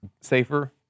safer